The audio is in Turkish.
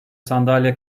sandalye